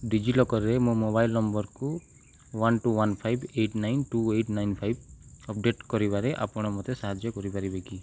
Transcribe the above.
D ଜି ଲକର୍ରେ ମୋ ମୋବାଇଲ ନମ୍ବରକୁ one two one five eight nine two eight nine five update କରିବାରେ ଆପଣ ମୋତେ ସାହାଯ୍ୟ କରିପାରିବେ କି